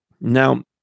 now